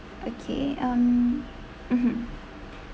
okay um mmhmm